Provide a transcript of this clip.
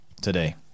today